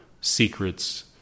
secrets